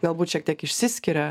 galbūt šiek tiek išsiskiria